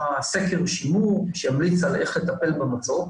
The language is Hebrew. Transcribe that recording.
סקר שימור שימליץ על איך לטפל במצוק,